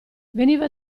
veniva